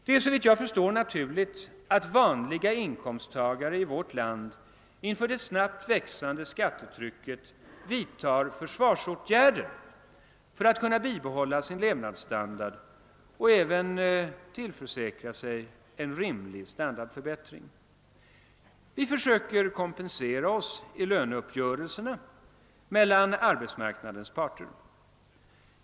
Det är såvitt jag förstår naturligt att vanliga inkomsttagare i vårt land inför det snabbt växande skattetrycket vidtar försvarsåtgärder för att kunna bibehålla sin levnadsstandard och även få en rimlig standardförbättring. Vi försöker kompensera oss i löneuppgörelserna mellan arbetsmarknadens parter.